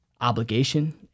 obligation